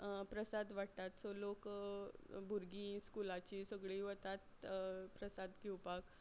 प्रसाद वाडटात सो लोक भुरगीं स्कुलाचीं सगळीं वतात प्रसाद घेवपाक